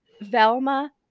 Velma